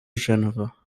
geneva